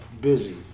busy